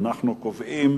אנחנו קובעים